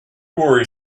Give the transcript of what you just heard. worry